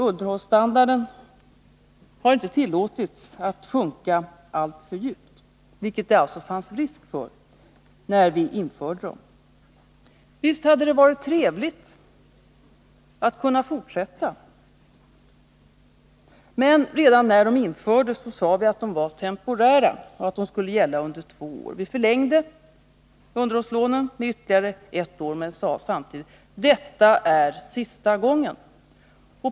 Underhållsstandarden har inte tillåtits att sjunka alltför djupt, vilket det fanns risk för när vi införde lånen. Visst hade det varit trevligt att kunna fortsätta med underhållslånen, men vi sade redan när de infördes att de var temporära och att de skulle gälla under två år. Vi förlängde dem med ytterligare ett år men sade samtidigt att detta var sista gången.